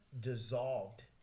Dissolved